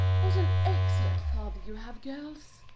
what an excellent father you have, girls!